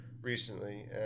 recently